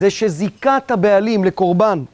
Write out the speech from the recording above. זה שזיקת הבעלים לקורבן.